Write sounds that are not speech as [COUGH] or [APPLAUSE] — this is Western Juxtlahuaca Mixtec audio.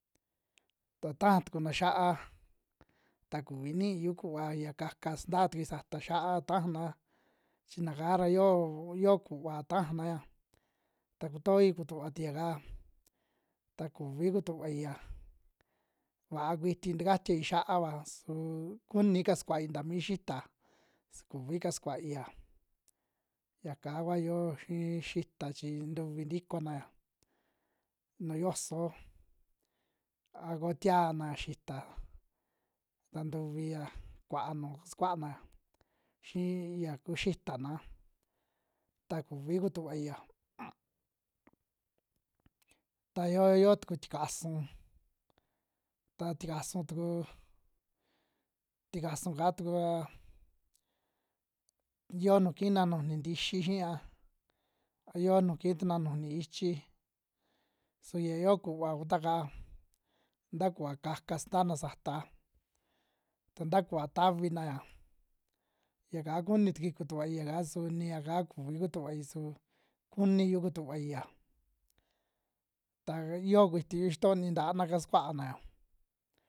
Ta taja tukuna xia'á ta kuvi niiyu kuva ya ka'ka sunta tukui sataa xia'á taana, chi naka ra yio, yoo kuva tajana, ta kuti kutuva tui yaka ta kuvi kutuvaia vaa kuiti takatia xia'áva suu kuni kasuai taa mi xita, su kuvi kasukuaiya yaka kua yoo xi'i xita chi ntuvi ntikonaya nuu yoso, a ko kianaa xita ta ntivia kuaa nuu kasukuana xii ya ku xitana ta kuvi kutuvaia. [NOISE] Ta yoo yo tuku tikasun, ta tikasun tuku tikasu'ka tuku aa yoo nu kiina nujuni ntixi xiiya a yoo nuu kii tuna nujuni ichi, su ya yoo kuva kutua'ka nta kuva ka'ka staana sataa, ta nta kuvaa tavinaya yaka kuni tukui kutuvai ya kaa su niaka kuvi kutuvai, su kuniyu kutuvaia ta yoo kuitiyu xitoni ntaana kasukuana'a.